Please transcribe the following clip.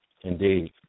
Indeed